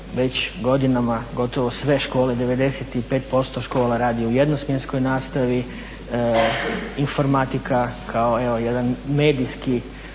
već godinama gotovo sve škole 95% škola radi u jednosmjenskoj nastavi, informatika kao evo jedan medijski,